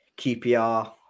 QPR